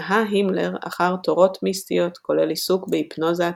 נהה הימלר אחר תורות מיסטיות כולל עיסוק בהיפנוזה,